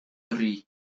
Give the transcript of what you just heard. drie